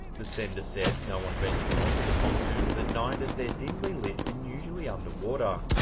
the sender said no one ventures onto the pontoons at night, as they're dimly lit and usually underwater.